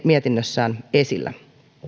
mietinnössään esillä